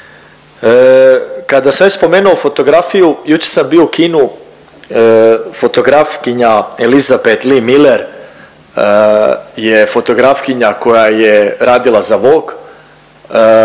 Kada sam već spomenuo fotografiju jučer sam bio u kinu fotografkinja Elizabeth Lee Miller je fotografkinja koja je radila za Voguea